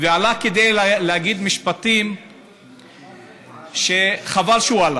עלה כדי להגיד משפטים שחבל שהוא עלה.